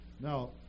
Now